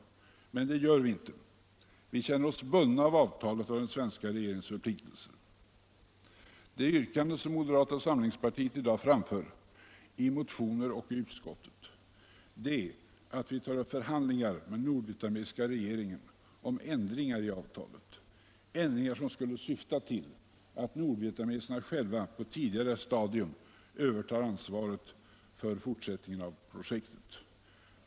Men det gör vi inte. Vi känner oss bundna av avtalet och den svenska regeringens utfästelser. Det yrkande som moderata samlingspartiet i dag framför i motioner och i utskottet är att vi skall ta upp förhandlingar med den nordvietnamesiska regeringen om ändringar i avtalet som skall syfta till att nordvietnameserna själva på ett tidigare stadium övertar ansvaret för fortsättningen av projektet.